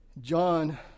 John